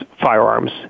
firearms